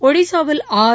ஒடிஸாவில் ஆறு